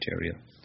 material